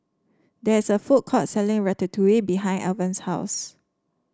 there is a food court selling Ratatouille behind Alvan's house